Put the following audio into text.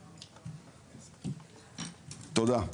תודה.